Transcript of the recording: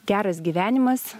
geras gyvenimas